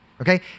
okay